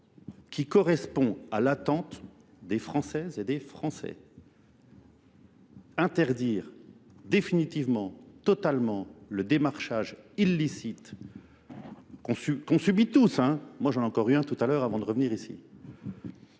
qui correspond à l'attente des Françaises et des Français. interdire définitivement, totalement le démarchage illicite qu'on subit tous, hein, moi j'en ai encore eu un tout à l'heure avant de revenir ici,